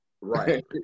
Right